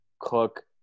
Cook